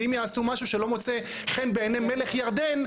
אם יעשו משהו שלא מוצא חן בעיני מלך ירדן,